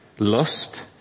Lust